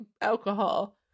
alcohol